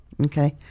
Okay